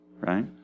right